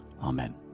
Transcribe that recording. Amen